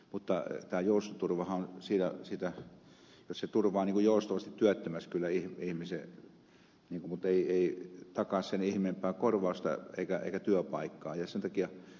mutta tämä joustoturvahan on sitä jotta se turvaa joustavasti työttömäksi kyllä ihmisen mutta ei takaa sen ihmeempää korvausta eikä työpaikkaa ja tämä ed